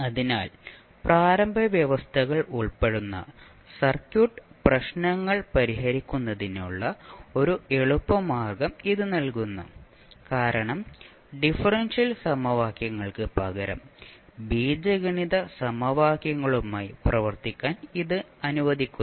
അതിനാൽ പ്രാരംഭ വ്യവസ്ഥകൾ ഉൾപ്പെടുന്ന സർക്യൂട്ട് പ്രശ്നങ്ങൾ പരിഹരിക്കുന്നതിനുള്ള ഒരു എളുപ്പ മാർഗം ഇത് നൽകുന്നു കാരണം ഡിഫറൻഷ്യൽ സമവാക്യങ്ങൾക്ക് പകരം ബീജഗണിത സമവാക്യങ്ങളുമായി പ്രവർത്തിക്കാൻ ഇത് അനുവദിക്കുന്നു